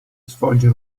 svolgere